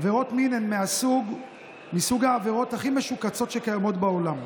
עבירות מין הן מסוג העבירות הכי משוקצות שקיימות בעולם.